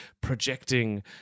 projecting